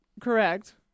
correct